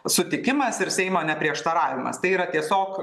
sutikimas ir seimo neprieštaravimas tai yra tiesiog